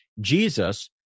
Jesus